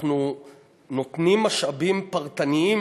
אנחנו נותנים משאבים פרטניים,